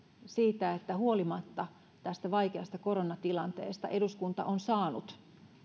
siitä että huolimatta tästä vaikeasta koronatilanteesta eduskunta on saanut